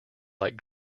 like